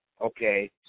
okay